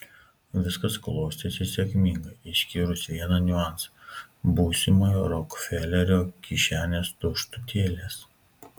viskas klostėsi sėkmingai išskyrus vieną niuansą būsimojo rokfelerio kišenės tuštutėlės